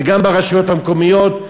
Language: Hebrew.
וגם ברשויות המקומיות.